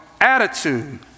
attitude